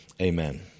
Amen